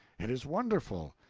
it is wonderful.